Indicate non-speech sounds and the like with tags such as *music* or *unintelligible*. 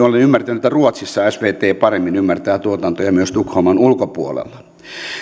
*unintelligible* olen ymmärtänyt että esimerkiksi ruotsissa svt paremmin ymmärtää tuotantoja myös tukholman ulkopuolella